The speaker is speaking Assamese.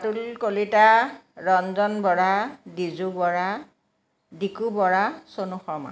আতুল কলিতা ৰঞ্জন বৰা দিজু বৰা দিকু বৰা চনু শৰ্মা